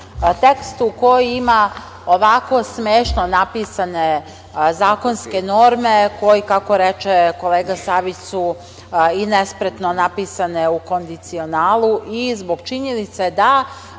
tekstu koji ima ovako smešno napisane zakonske norme koji, kako reče kolega Savić, su i nespretno napisane u kondicionalu i zbog činjenice da